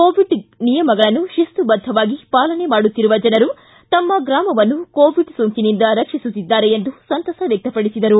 Covid ನಿಯಮಗಳನ್ನು ಶಿಸ್ತು ಬದ್ದವಾಗಿ ಪಾಲನೆ ಮಾಡುತ್ತಿರುವ ಜನರು ತಮ್ಮ ಗ್ರಾಮವನ್ನು ಕೋವಿಡ್ ಸೋಂಕಿನಿಂದ ರಕ್ಷಿಸುತ್ತಿದ್ದಾರೆ ಎಂದು ಸಂತಸ ವ್ಯಕ್ತಪಡಿಸಿದರು